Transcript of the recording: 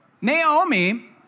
Naomi